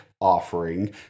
offering